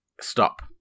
stop